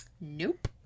nope